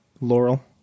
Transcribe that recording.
Laurel